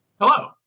Hello